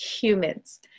humans